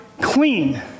clean